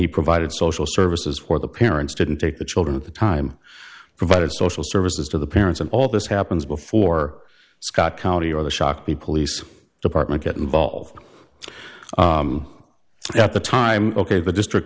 he provided social services for the parents didn't take the children at the time provided social services to the parents and all this happens before scott county or the shakti police department get involved at the time ok the district